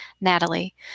Natalie